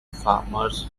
farmers